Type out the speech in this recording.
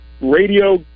radio